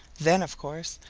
then, of course,